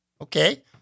Okay